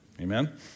Amen